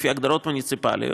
לפי הגדרות מוניציפליות,